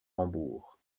rambourg